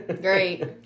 great